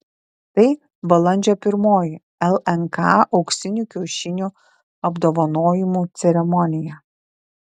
tai balandžio pirmoji lnk auksinių kiaušinių apdovanojimų ceremonija